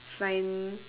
find